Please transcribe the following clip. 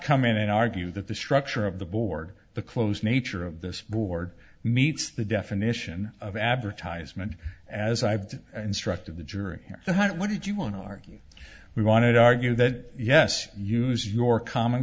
come in and argue that the structure of the board the clothes nature of this board meets the definition of advertisement as i've instructed the jury here so what did you want to argue we wanted argue that yes use your common